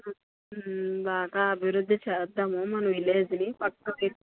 బాగా అభివృద్ధి చేద్దాము మన విలేజ్ని పక్క